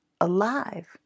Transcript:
alive